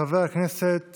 חבר הכנסת